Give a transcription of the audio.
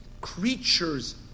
creatures